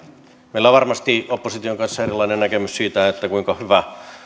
meillä on varmasti opposition kanssa erilainen näkemys siitä kuinka hyvä